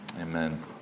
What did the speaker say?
Amen